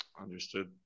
understood